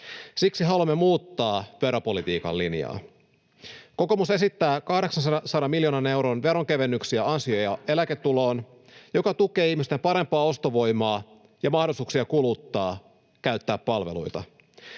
Siksi haluamme muuttaa veropolitiikan linjaa. Kokoomus esittää 800 miljoonan euron veronkevennyksiä ansio‑ ja eläketuloon, joka tukee ihmisten parempaa ostovoimaa ja mahdollisuuksia kuluttaa, käyttää palveluita.